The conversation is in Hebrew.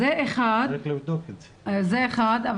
זה אחד,